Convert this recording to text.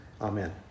amen